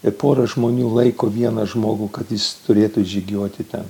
ir pora žmonių laiko vieną žmogų kad jis turėtų žygiuoti ten